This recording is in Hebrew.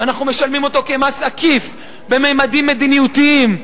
ואנחנו משלמים אותו כמס עקיף בממדים מדינתיים,